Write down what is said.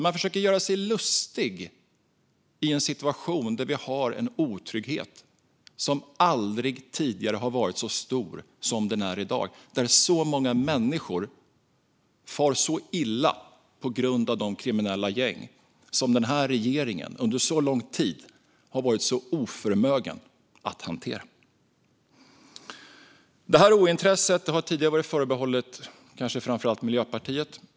Man försöker göra sig lustig i en situation där vi har en otrygghet som aldrig tidigare varit så stor som den är i dag och där så många människor far så illa på grund av de kriminella gäng som den här regeringen under så lång tid har varit så oförmögen att hantera. Det här ointresset har tidigare kanske framför allt varit förbehållet Miljöpartiet.